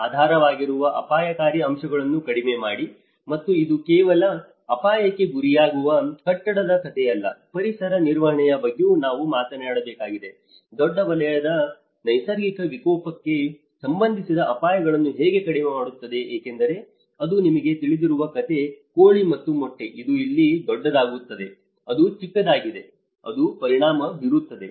ಆಧಾರವಾಗಿರುವ ಅಪಾಯಕಾರಿ ಅಂಶಗಳನ್ನು ಕಡಿಮೆ ಮಾಡಿ ಮತ್ತು ಇದು ಕೇವಲ ಅಪಾಯಕ್ಕೆ ಗುರಿಯಾಗುವ ಕಟ್ಟಡದ ಕಥೆಯಲ್ಲ ಪರಿಸರ ನಿರ್ವಹಣೆಯ ಬಗ್ಗೆಯೂ ನಾವು ಮಾತನಾಡಬೇಕಾಗಿದೆ ದೊಡ್ಡ ವಲಯವು ನೈಸರ್ಗಿಕ ವಿಕೋಪಕ್ಕೆ ಸಂಬಂಧಿಸಿದ ಅಪಾಯಗಳನ್ನು ಹೇಗೆ ಕಡಿಮೆ ಮಾಡುತ್ತದೆ ಏಕೆಂದರೆ ಅದು ನಿಮಗೆ ತಿಳಿದಿರುವ ಕಥೆ ಕೋಳಿ ಮತ್ತು ಮೊಟ್ಟೆ ಇಲ್ಲಿ ಅದು ದೊಡ್ಡದಾಗುತ್ತದೆ ಅದು ಚಿಕ್ಕದಾಗಿದೆ ಅದು ಪರಿಣಾಮ ಬೀರುತ್ತದೆ